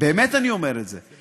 באמת אני אומר את זה.